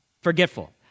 forgetful